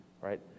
right